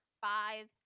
Five